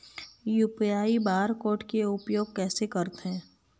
UPI bar code के उपयोग कैसे करथें?